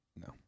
no